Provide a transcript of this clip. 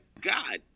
God